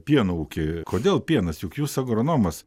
pieno ūkį kodėl pienas juk jūs agronomas